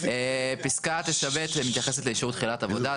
פסקה (9)(ב) מתייחסת לאישור תחילת עבודה.